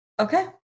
Okay